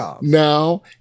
now